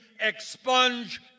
expunge